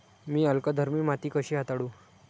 मी अल्कधर्मी माती कशी हाताळू?